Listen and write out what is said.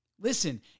Listen